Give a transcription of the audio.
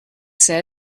said